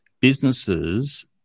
businesses